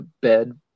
bed